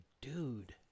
dude